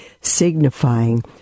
signifying